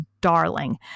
darling